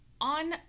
on